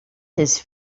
his